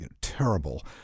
terrible